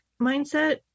mindset